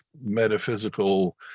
metaphysical